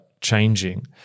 changing